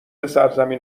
سرزمین